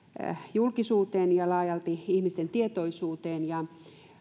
julkisuuteen ja laajalti ihmisten tietoisuuteen